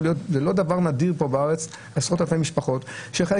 זה לא דבר נדיר בארץ כאשר יש עשרות אלפי משפחות שחלק